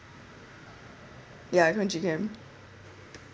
ya camp